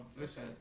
Listen